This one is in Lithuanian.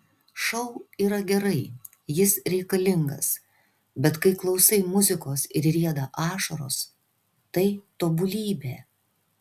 šou yra gerai jis reikalingas bet kai klausai muzikos ir rieda ašaros tai tobulybė